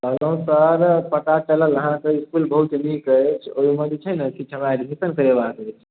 कहलहुँ सर पता चलल अहाँकेँ इसकूल बहुत नीक अछि ओहिमे जे छै ने किछु हमरा एडमिशन करेबाक अछि